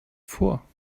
vor